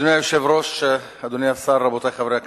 אדוני היושב-ראש, אדוני השר, רבותי חברי הכנסת,